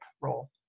role